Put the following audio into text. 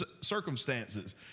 circumstances